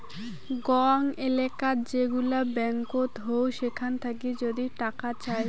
গং এলেকাত যেগুলা ব্যাঙ্কত হউ সেখান থাকি যদি টাকা চাই